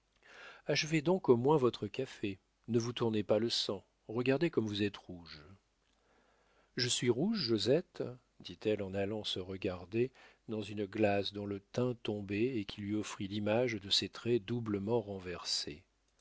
achevez donc au moins votre café ne vous tournez pas le sang regardez comme vous êtes rouge je suis rouge josette dit-elle en allant se regarder dans une glace dont le tain tombait et qui lui offrit l'image de ses traits doublement renversés